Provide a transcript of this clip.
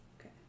Okay